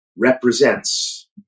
represents